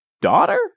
daughter